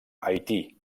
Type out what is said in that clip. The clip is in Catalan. haití